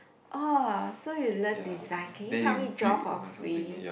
oh so you learn design can you help me draw for free